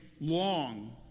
long